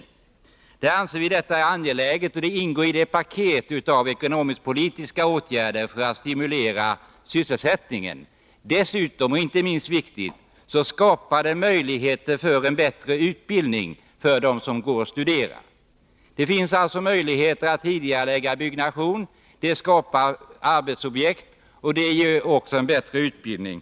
Vi anser att en sådan tidigareläggning är angelägen, och det ingår i paketet av ekonomisk-politiska åtgärder för att stimulera sysselsättningen. Dessutom skapar denna åtgärd — och det är minst lika viktigt — förutsättningar för en bättre utbildning för de studerande. Det finns alltså möjligheter att tidigarelägga viss byggnation. Det skapar arbetsobjekt och ger en bättre utbildning.